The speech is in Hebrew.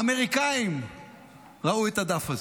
האמריקאים ראו את הדף הזה,